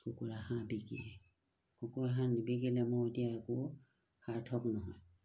কুকুৰা হাঁহ বিকি কুকুৰা হাঁহ নিবিকিলে মোৰ এতিয়া একো সাৰ্থক নহয়